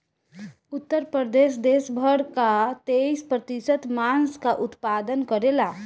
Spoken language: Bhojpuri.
उत्तर प्रदेश देस भर कअ तेईस प्रतिशत मांस कअ उत्पादन करेला